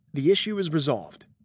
the issue is resolved.